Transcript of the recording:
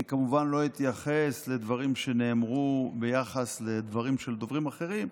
אני כמובן לא אתייחס לדברים שנאמרו ביחס לדברים של דוברים אחרים,